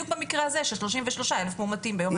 במקרה הזה של 33,000 מאומתים ביום האתמול.